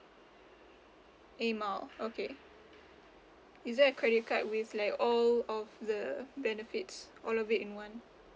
Air Miles okay is there a credit card with like all of the benefits all of it in one